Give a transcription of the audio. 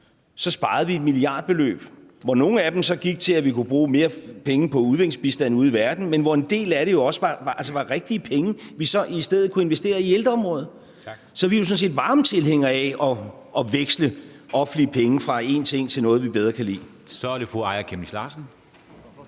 sparede vi et milliardbeløb, hvor nogle af pengene så gik til, at vi kunne bruge flere penge på udviklingsbistand ude i verden, men hvor en del af dem jo også var rigtige penge, vi så i stedet kunne investere i ældreområdet. Så vi er jo sådan set varme tilhængere af at veksle offentlige penge fra én ting til noget, vi bedre kan lide.